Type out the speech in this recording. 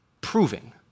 proving